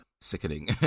sickening